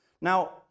Now